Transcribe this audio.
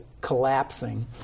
collapsing